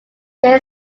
there